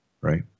right